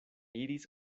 iris